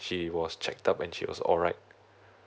she was checked up and she was alright